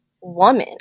woman